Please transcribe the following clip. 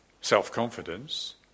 self-confidence